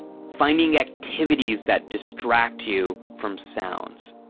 finding activities that distract you from sounds.